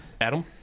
Adam